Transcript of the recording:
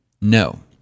no